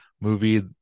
movie